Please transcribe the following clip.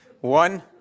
One